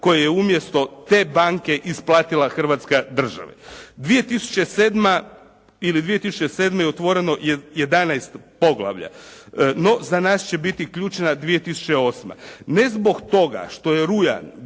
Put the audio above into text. koje je umjesto te banke isplatila Hrvatska država. 2007. otvoreno je 11 poglavlja. No za nas će biti ključna 2008. Ne zbog toga što je rujan